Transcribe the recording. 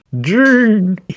June